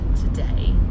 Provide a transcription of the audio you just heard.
today